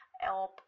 help